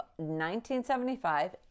1975